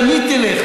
למי תלך,